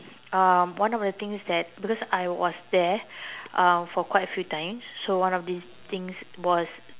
um one of the things that because I was there um for quite a few times so one of this things was